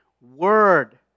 Word